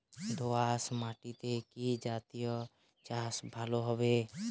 দোয়াশ মাটিতে কি জাতীয় চাষ ভালো হবে?